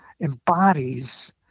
embodies